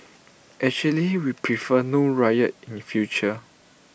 actually we prefer no riot in future